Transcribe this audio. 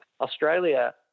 Australia